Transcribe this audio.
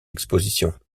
expositions